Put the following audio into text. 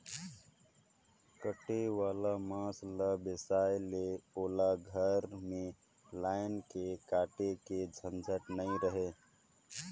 कटे वाला मांस ल बेसाए में ओला घर में लायन के काटे के झंझट नइ रहें